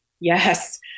Yes